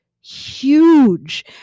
huge